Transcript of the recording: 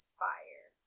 fire